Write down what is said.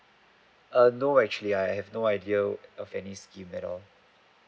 uh no actually I have no idea uh of any scheme at all